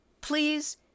Please